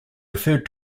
referred